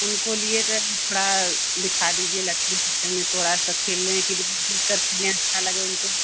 उनको लिए कहे रहें थोड़ा दिखा दीजिए लटकन सटकन में थोड़ा सा खेलने के करती हैं अच्छा लगे उनको